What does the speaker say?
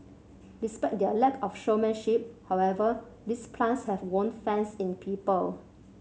despite their lack of showmanship however these plants have won fans in people